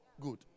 good